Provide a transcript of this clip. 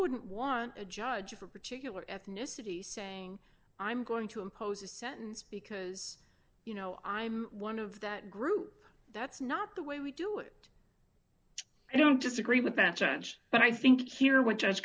wouldn't want a judge of a particular ethnicity saying i'm going to impose a sentence because you know i'm one of that group that's not the way we do it and i don't disagree with that judge but i think here wh